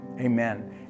amen